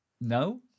No